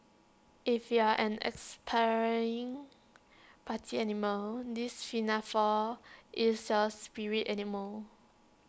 if you're an aspiring party animal this is your spirit animal